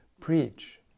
preach